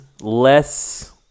less